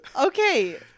Okay